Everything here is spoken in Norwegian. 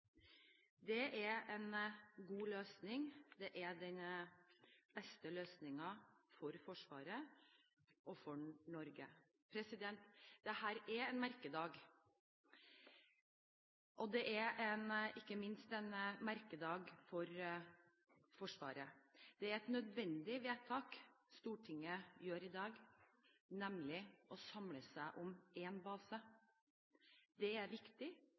Det er en god løsning. Det er den beste løsningen for Forsvaret og for Norge. Dette er en merkedag, og det er ikke minst en merkedag for Forsvaret. Det er et nødvendig vedtak Stortinget gjør i dag, nemlig å samle seg om én base. Det er viktig.